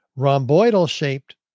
rhomboidal-shaped